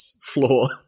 Floor